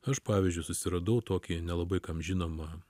aš pavyzdžiui susiradau tokį nelabai kam žinomą